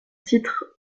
titre